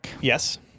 Yes